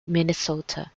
minnesota